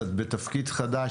את בתפקיד חדש,